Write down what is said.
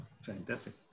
fantastic